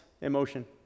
emotion